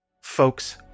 Folks